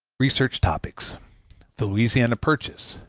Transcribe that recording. research topics the louisiana purchase.